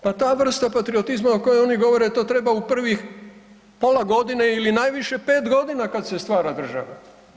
Pa ta vrsta patriotizma o kojoj oni govore, to treba u prvih pola godine ili najviše 5 godina kada se stvara država.